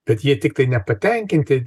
bet jie tiktai nepatenkinti